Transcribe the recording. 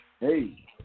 Hey